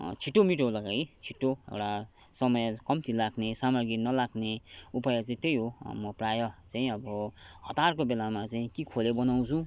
छिट्टो मिठोको लागि छिट्टो एउटा समय कम्ती लाग्ने सामग्री नलाग्ने उपाय चाहिँ त्यही हो म प्रायः चाहिँ अब हतारको बेलामा चाहिँ कि खोले बनाउँछु